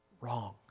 wrong